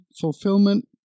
fulfillment